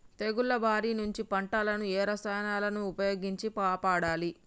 తెగుళ్ల బారి నుంచి పంటలను ఏ రసాయనాలను ఉపయోగించి కాపాడాలి?